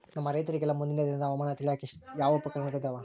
ನಮ್ಮ ರೈತರಿಗೆಲ್ಲಾ ಮುಂದಿನ ದಿನದ ಹವಾಮಾನ ತಿಳಿಯಾಕ ಯಾವ ಉಪಕರಣಗಳು ಇದಾವ?